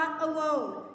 alone